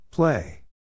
Play